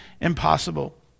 impossible